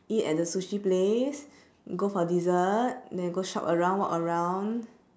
eat at the sushi place go for dessert then go shop around walk around